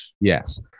Yes